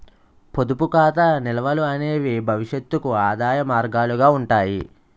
పొదుపు ఖాతా నిల్వలు అనేవి భవిష్యత్తుకు ఆదాయ మార్గాలుగా ఉంటాయి